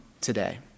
today